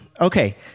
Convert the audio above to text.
okay